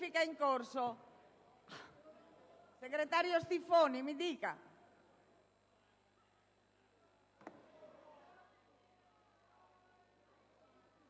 Grazie